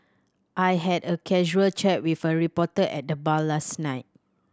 I had a casual chat with a reporter at the bar last night